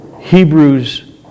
Hebrews